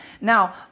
Now